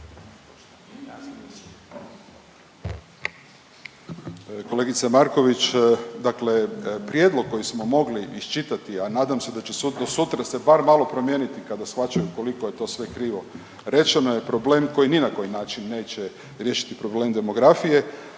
Kolegice Marković dakle prijedlog koji smo mogli iščitati, a nadam se da će do sutra se bar malo promijeniti kada shvaćaju koliko je to sve krivo rečeno je problem koji ni na koji način neće riješiti problem demografije